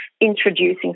introducing